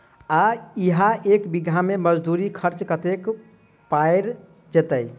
आ इहा एक बीघा मे मजदूरी खर्च कतेक पएर जेतय?